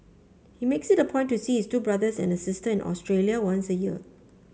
he makes it a point to sees two brothers and a sister in Australia once a year